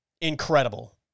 incredible